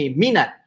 minat